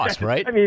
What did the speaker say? right